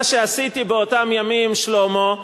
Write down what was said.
אני ויולי ישבנו, מה שעשיתי באותם ימים, שלמה,